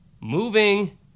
moving